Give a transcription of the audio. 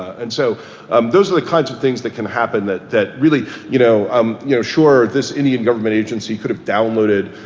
and so um those are the kinds of things that can happen that that really, you know um you know, sure, this indian government agency could have downloaded